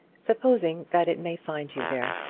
supposing that it may find you there.